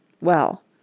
Well